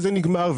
נגמר.